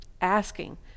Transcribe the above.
asking